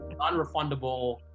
Unrefundable